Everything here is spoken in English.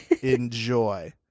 Enjoy